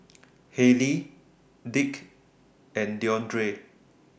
Haley Dick and Deondre